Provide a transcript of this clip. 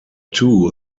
two